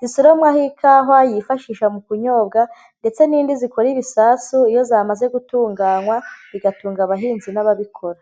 zisoranwaho ikahwa yifashisha mu kunyobwa ndetse n'indi zikora ibisasu iyo zamaze gutunganywa bigatunga abahinzi n'ababikora.